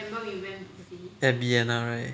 at B&R right